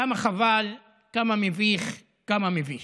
כמה חבל, כמה מביך, כמה מביש.